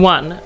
One